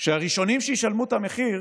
שהראשונים שישלמו את המחיר